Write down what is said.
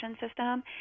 system